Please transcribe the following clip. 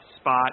spot